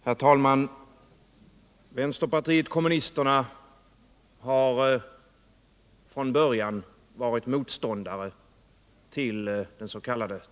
Herr talman! Vänsterpartiet kommunisterna har från början varit motståndare till des.k.